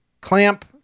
clamp